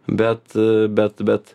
bet bet bet